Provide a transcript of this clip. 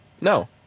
No